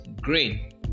green